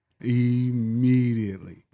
Immediately